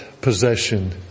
possession